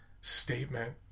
statement